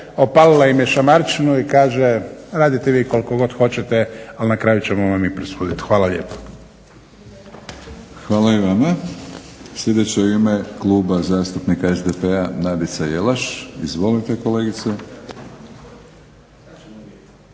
opalila im je šamarčinu i kaže radite vi koliko god hoćete, al na kraju ćemo vam mi presuditi. Hvala lijepo. **Batinić, Milorad (HNS)** Hvala i vama. Sljedeća u ime kluba zastupnika SDP-a Nadica Jelaš. Izvolite kolegice.